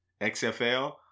XFL